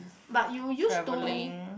but you used to